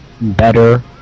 better